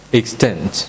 extent